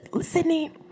sydney